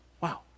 wow